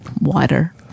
water